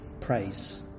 praise